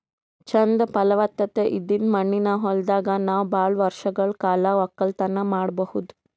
ಚಂದ್ ಫಲವತ್ತತೆ ಇದ್ದಿದ್ ಮಣ್ಣಿನ ಹೊಲದಾಗ್ ನಾವ್ ಭಾಳ್ ವರ್ಷಗಳ್ ಕಾಲ ವಕ್ಕಲತನ್ ಮಾಡಬಹುದ್